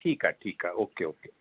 ठीकु आहे ठीकु आहे ओके ओके